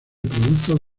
productos